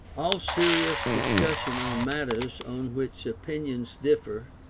all serious discussion on matters on which opinions differ,